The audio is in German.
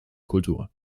kultur